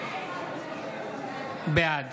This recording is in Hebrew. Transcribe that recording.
בעד